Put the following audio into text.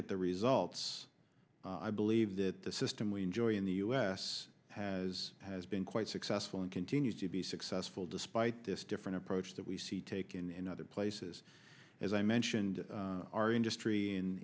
at the results i believe that the system we enjoy in the us has has been quite successful and continues to be successful despite this different approach that we've taken in other places as i mentioned our industry